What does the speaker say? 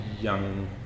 young